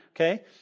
okay